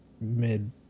Mid